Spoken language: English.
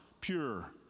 pure